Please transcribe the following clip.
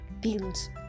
builds